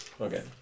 Okay